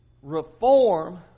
Reform